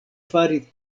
fari